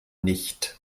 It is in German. nicht